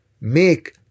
make